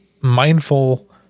mindful